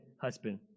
husband